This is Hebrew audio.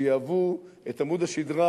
שיהוו את עמוד השדרה,